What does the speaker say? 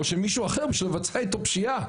או שמישהו אחר יבצע איתו פשיעה,